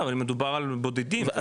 מדובר על בודדים.